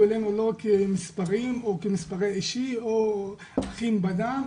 אלינו לא רק כמספרים או כמספר אישי או אחים בדם,